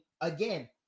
again